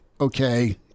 okay